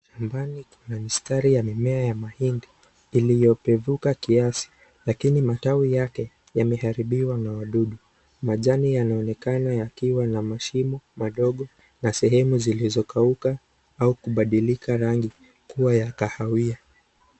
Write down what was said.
Mbali kuna mistari ya mimea ya mahindi iliyopenduka kiasi lakini matawi yake yameharibiwa na wadudu. Majani yanaonekana yakiwa na mashimo madogo na sehemu zilizokauka au kubadilika rangi kuwa ya kahawia.